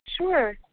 Sure